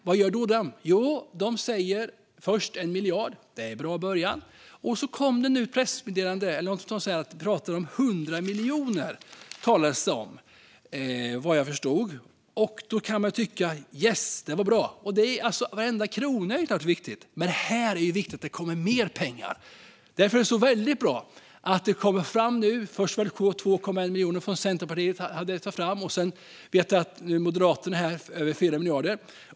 Vad gör då regeringen? Jo, de säger först 1 miljard. Det är en bra början. Och nu kom det ett pressmeddelande där det talas om 100 miljoner, vad jag förstod. Då kan man tycka: Yes, det var bra. Varenda krona är kanske viktig, men här är det viktigt att det kommer mer pengar. Därför är det så väldigt bra att det nu kommer förslag om 2,1 miljoner från Centerpartiet och från Moderaterna över 4 miljarder.